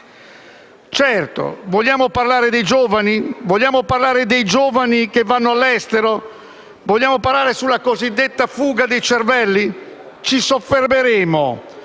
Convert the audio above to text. Vogliamo parlare dei giovani? Vogliamo parlare dei giovani che vanno all'estero? Vogliamo parlare della cosiddetta fuga dei cervelli? Ci soffermeremo